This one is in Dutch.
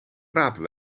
rapen